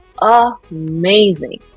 amazing